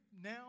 now